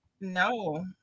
No